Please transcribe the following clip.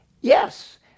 Yes